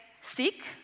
seek